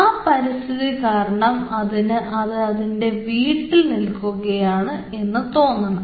ആ പരിസ്ഥിതി കാരണം അതിന് അത് അതിൻറെ വീട്ടിൽ നിൽക്കുകയാണ് എന്ന് തോന്നണം